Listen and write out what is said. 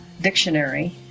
dictionary